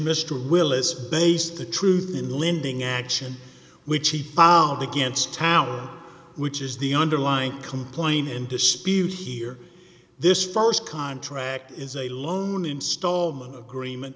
mr willis based the truth in lending action which he filed against tower which is the underlying complain in dispute here this st contract is a loan installment agreement